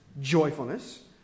joyfulness